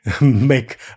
make